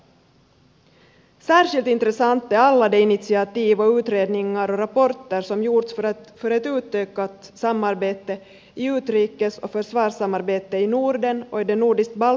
särskilt intressanta är alla de initiativ och utredningar och rapporter som gjorts för ett utökat samarbete i utrikes och försvarssamarbetet i norden och i det nordiskbaltiska samarbetet